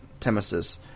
Temesis